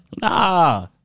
nah